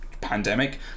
pandemic